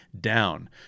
down